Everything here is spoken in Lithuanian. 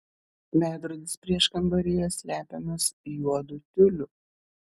veidrodis prieškambaryje slepiamas juodu tiuliu